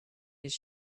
his